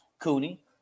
Cooney